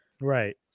Right